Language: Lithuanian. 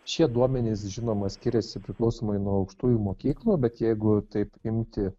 šie duomenys žinoma skiriasi priklausomai nuo aukštųjų mokyklų bet jeigu taip imti